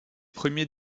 premiers